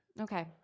Okay